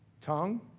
tongue